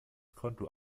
konto